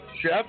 Chef